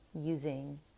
using